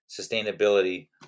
sustainability